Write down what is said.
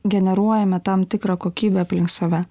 generuojame tam tikrą kokybę aplink save